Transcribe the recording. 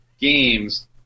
games